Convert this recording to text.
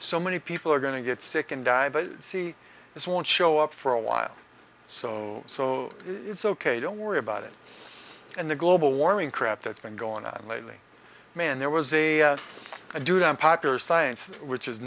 so many people are going to get sick and die but see this won't show up for a while so so it's ok don't worry about it and the global warming crap that's been going on lately man there was a dude on popular science which is